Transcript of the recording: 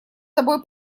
тобой